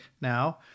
now